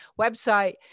website